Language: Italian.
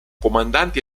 comandanti